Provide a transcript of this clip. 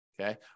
Okay